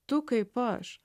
tu kaip aš